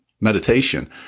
meditation